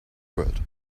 world